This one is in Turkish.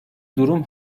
durum